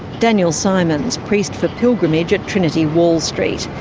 daniel simons, priest for pilgrimage at trinity wall street.